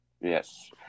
Yes